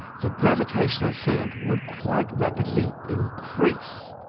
the gravitational field would quite rapidly increase.